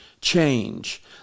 Change